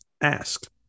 ask